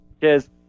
Cheers